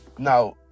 now